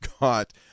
got